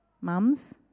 ...mums